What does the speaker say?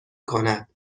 کند